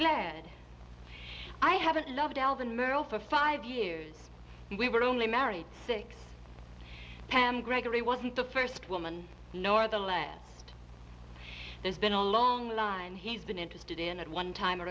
glad i haven't loved elvin merrill for five years we were only married six gregory wasn't the first woman nor the lads there's been a long line he's been interested in at one time or